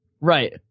right